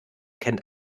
kennt